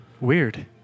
Weird